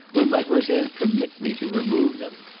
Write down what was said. will mademoiselle permit me to remove them?